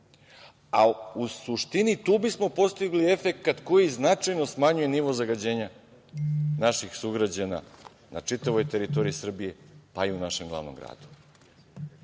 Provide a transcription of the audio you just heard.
suštini, tu bi smo postigli efekat koji značajno smanjuje nivo zagađenja naših sugrađana na čitavoj teritoriji Srbije, pa i u našem glavnom gradu.